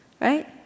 right